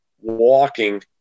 walking